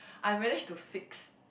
I manage to fix